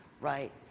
right